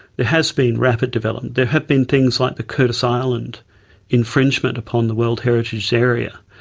there has been rapid development, there have been things like the curtis island infringement upon the world heritage area.